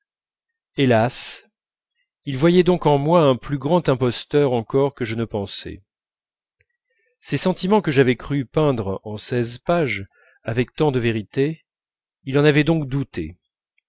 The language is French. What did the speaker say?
hélas il voyait donc en moi un plus grand imposteur encore que je ne pensais ces sentiments que j'avais cru peindre en seize pages avec tant de vérité il en avait donc douté